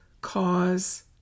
cause